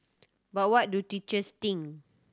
but what do teachers think